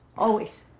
always.